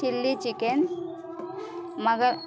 chilli chicken